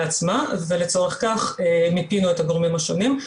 עצמה ולצורך כך מיפינו את הגורמים השונים.